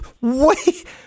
wait